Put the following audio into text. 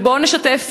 ובוא נשתף,